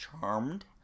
Charmed